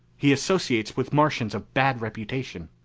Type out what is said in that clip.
he associates with martians of bad reputation.